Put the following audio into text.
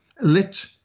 let